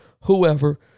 whoever –